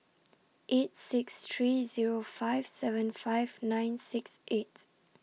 eight six three Zero five seven five nine six eight